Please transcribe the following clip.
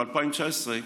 ב-2019,